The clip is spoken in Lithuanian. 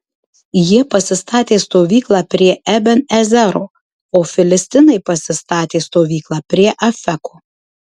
jie pasistatė stovyklą prie eben ezero o filistinai pasistatė stovyklą prie afeko